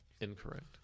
incorrect